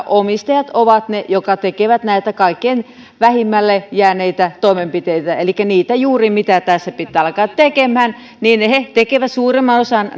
omistajat ovat ne jotka tekevät näitä kaikkein vähimmälle jääneitä toimenpiteitä elikkä niitä juuri mitä tässä pitää alkaa tekemään he tekevät suurimman osan